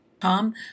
Tom